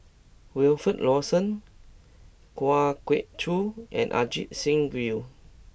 Wilfed Lawson Kwa Geok Choo and Ajit Singh Gill